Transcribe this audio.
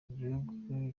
igihugu